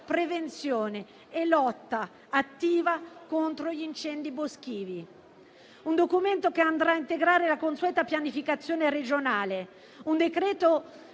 prevenzione e lotta attiva contro gli incendi boschivi; un documento che andrà a integrare la consueta pianificazione regionale. Il decreto-legge